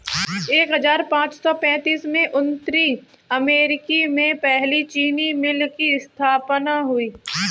एक हजार पाँच सौ पैतीस में उत्तरी अमेरिकी में पहली चीनी मिल की स्थापना हुई